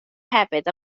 hefyd